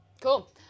Cool